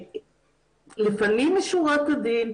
לפנים משורת הדין,